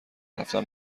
رفتن